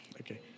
Okay